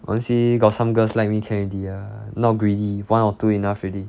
honestly got some girls like me can already ah not greedy one or two enough already